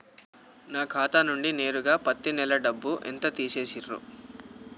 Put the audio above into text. నా ఖాతా నుండి నేరుగా పత్తి నెల డబ్బు ఎంత తీసేశిర్రు?